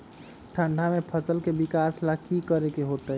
ठंडा में फसल के विकास ला की करे के होतै?